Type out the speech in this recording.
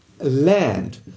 land